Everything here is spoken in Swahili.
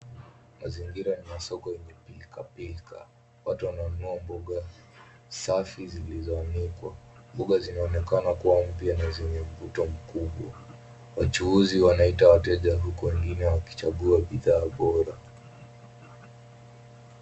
Mazingira ni ya soko yenye pilkapilka. Watu wananunua mboga safi zilizoanikwa. Mboga zinaonekana kuwa mpya na zina mvuto mkubwa. Wachuuzi wanaita wateja huku wengine wakichagua bidhaa bora.